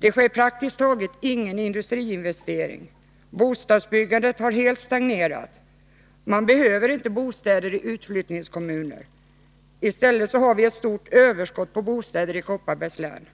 Det sker praktiskt taget ingen industriinvestering. Bostadsbyggandet har helt stagnerat. Man behöver inte bostäder i utflyttningskommuner. I stället har vi ett stort överskott på bostäder i Kopparbergs län.